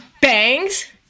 bangs